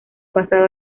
pasado